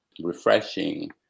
refreshing